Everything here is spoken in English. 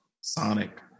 Sonic